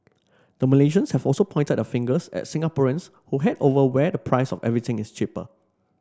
the Malaysians have also pointed their fingers at Singaporeans who head over where the price of everything is cheaper